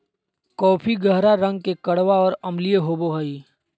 coffee गहरा रंग के कड़वा और अम्लीय होबो हइ